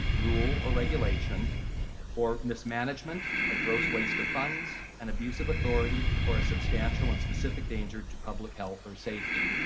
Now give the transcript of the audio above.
rule or regulation or mismanagement, a gross waste of funds, an abuse of authority or a substantial and specific danger to public health or safety.